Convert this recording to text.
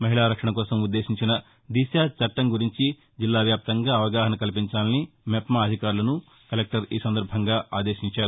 మహిళా రక్షణ కోసం ఉద్దేశించిన దిశ చట్టం గురించి జిల్లా వ్యాప్తంగా అవగాహన కల్పించాలని మెప్మా అధికారులను కలెక్టర్ ఈ సందర్భంగా ఆదేశించారు